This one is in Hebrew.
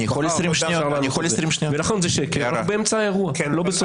לכן זה שקר, רק שזה באמצע האירוע, לא בסופו.